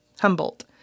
Humboldt